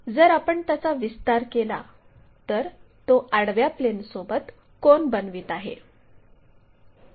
जर आपण त्याचा विस्तार केला तर तो आडव्या प्लेनसोबत कोन बनवित आहे